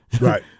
Right